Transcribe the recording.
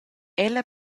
ella